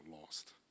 lost